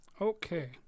Okay